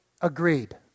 agreed